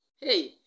Hey